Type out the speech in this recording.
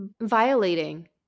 violating